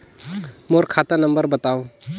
मोर खाता नम्बर बताव?